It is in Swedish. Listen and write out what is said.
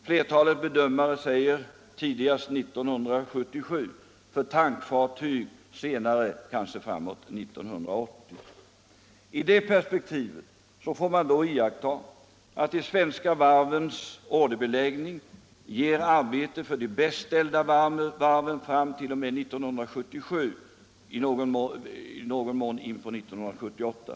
Flertalet bedömare säger: Tidigast 1977, för tankfartyg senare, kanske först framåt 1980. I det perspektivet får man då iaktta att de svenska varvens orderbeläggning ger arbete för de bäst ställda varven fram t.o.m. år 1977, i någon mån in på 1978.